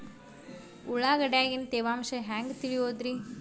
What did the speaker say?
ಉಳ್ಳಾಗಡ್ಯಾಗಿನ ತೇವಾಂಶ ಹ್ಯಾಂಗ್ ತಿಳಿಯೋದ್ರೇ?